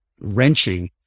wrenching